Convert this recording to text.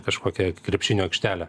kažkokią krepšinio aikštelę